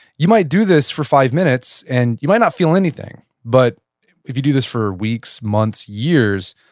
you might do this for five minutes and you might not feel anything, but if you do this for weeks, months, years,